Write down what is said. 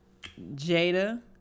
Jada